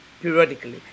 periodically